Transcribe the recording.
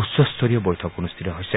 উচ্চস্তৰীয় বৈঠক অনুষ্ঠিত হৈছে